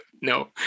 No